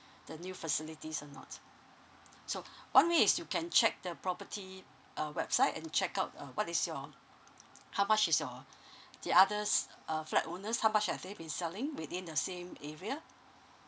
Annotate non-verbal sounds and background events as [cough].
the new facilities or not so one way is you can check the property uh website and check out uh what is your how much is your [breath] the others uh flat owners how much have they been selling within the same area